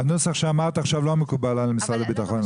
הנוסח שאמרת עכשיו לא משרד הביטחון.